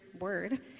word